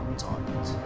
target.